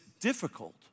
difficult